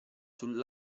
sul